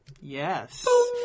Yes